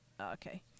okay